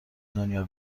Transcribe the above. دنیا